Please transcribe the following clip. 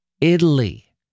Italy